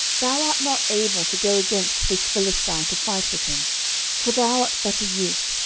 thou art not able to go against this philistine to fight with him for thou art but a youth,